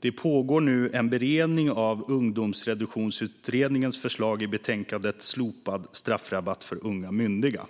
Det pågår nu en beredning av Ungdomsreduktionsutredningens förslag i betänkandet Slopad straffrabatt för unga myndiga .